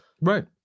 Right